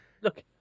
Look